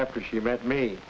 after she met me